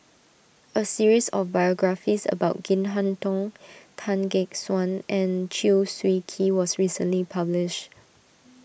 a series of biographies about Chin Harn Tong Tan Gek Suan and Chew Swee Kee was recently published